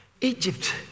Egypt